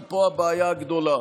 כי פה הבעיה הגדולה.